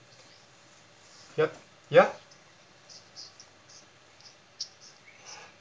yup ya